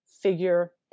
figure